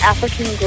African